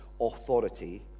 authority